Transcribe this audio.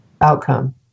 outcome